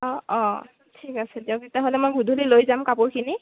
অঁ অঁ ঠিক আছে দিয়ক তেতিয়াহ'লে মই গধূলি লৈ যাম কাপোৰখিনি